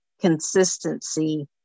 Consistency